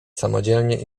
samodzielnie